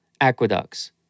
aqueducts